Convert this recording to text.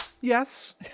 Yes